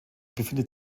befindet